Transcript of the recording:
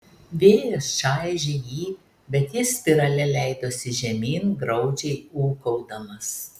vėjas čaižė jį bet jis spirale leidosi žemyn graudžiai ūkaudamas